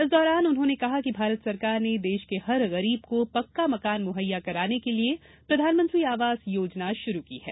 इस दौरान उन्होंने कहा कि भारत सरकार ने देश के हर गरीब को पक्का मकान मुहैया कराने के लिए प्रधानमंत्री आवास योजना शुरू की गई है